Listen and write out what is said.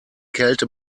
kälte